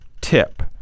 tip